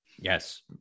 Yes